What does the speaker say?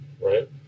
right